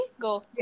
Go